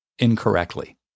incorrectly